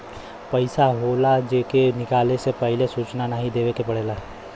पइसा होला जे के निकाले से पहिले सूचना नाही देवे के पड़ेला